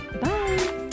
Bye